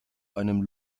einem